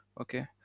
Okay